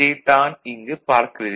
இதைத் தான் இங்கு பார்க்குறீர்கள்